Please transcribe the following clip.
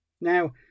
Now